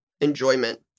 enjoyment